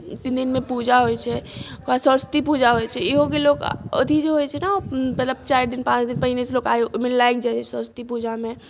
दिनमे पूजा होइत छै ओकर बाद सरस्वती पूजा होइत छै इहोके लोक अथी जे होइत छै ने मतलब चारि दिन पाँच दिन पहिनेसँ आयोजन ओहिमे सभ लागि जाइए सरस्वती पूजामे